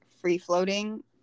free-floating